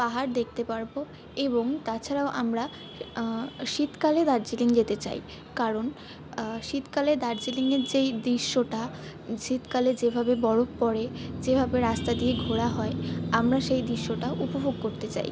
পাহাড় দেখতে পারবো এবং তাছাড়াও আমরা শীতকালে দার্জিলিং যেতে চাই কারণ শীতকালে দার্জিলিংয়ের যেই দৃশ্যটা শীতকালে যেভাবে বরফ পড়ে যেভাবে রাস্তা দিয়ে ঘোরা হয় আমরা সেই দৃশ্যটা উপভোগ করতে চাই